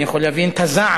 אני יכול להבין את הזעם,